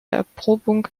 erprobung